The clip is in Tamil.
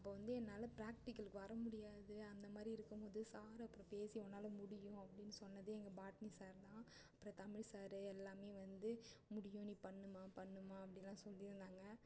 அப்போ வந்து என்னால் ப்ராக்டிக்கலுக்கு வர முடியாது அந்த மாதிரி இருக்கும் போது சார் அப்போ பேசி உன்னால் முடியும் அப்படின்னு சொன்னது எங்கள் பாட்டனி சார் தான் அப்புறம் தமிழ் சார் எல்லாமே வந்து முடியும் நீ பண்ணும்மா பண்ணும்மா அப்படில்லாம் சொல்லியிருந்தாங்க